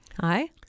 Hi